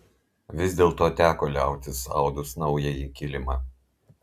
vis dėlto teko liautis audus naująjį kilimą